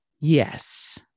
Yes